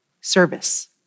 service